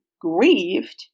grieved